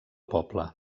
poble